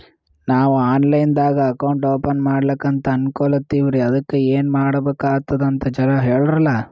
ನಾವು online ದಾಗ account open ಮಾಡ್ಲಕಂತ ಅನ್ಕೋಲತ್ತೀವ್ರಿ ಅದಕ್ಕ ಏನ ಮಾಡಬಕಾತದಂತ ಜರ ಹೇಳ್ರಲ?